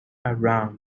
around